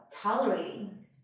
tolerating